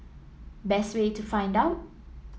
best way to find out